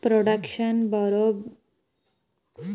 foundation ಬರೇ ಬ್ಯಾರೆ ಅವ್ರಿಗ್ ಸೇವಾ ಮಾಡ್ಲಾಕೆ ಅಂತೆ ಇರ್ತಾವ್